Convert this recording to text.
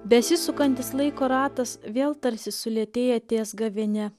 besisukantis laiko ratas vėl tarsi sulėtėja ties gavėnia